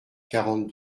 quarante